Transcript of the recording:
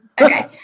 Okay